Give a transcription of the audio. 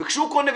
וכשהוא קונה,